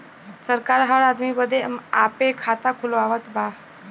सरकार हर आदमी बदे आपे खाता खुलवावत बा